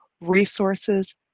resources